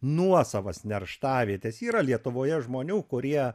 nuosavas nerštavietes yra lietuvoje žmonių kurie